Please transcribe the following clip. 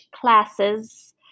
classes